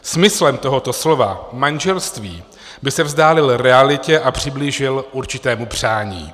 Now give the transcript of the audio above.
Smyslem tohoto slova manželství by se vzdálil realitě a přiblížil určitému přání.